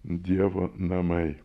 dievo namai